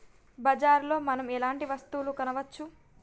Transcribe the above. బజార్ లో మనం ఎలాంటి వస్తువులు కొనచ్చు?